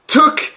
took